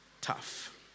tough